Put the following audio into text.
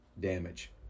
damage